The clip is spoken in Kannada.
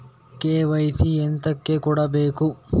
ಕೆ.ವೈ.ಸಿ ಎಂತಕೆ ಕೊಡ್ಬೇಕು?